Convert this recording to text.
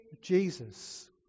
Jesus